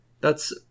That's-